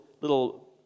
little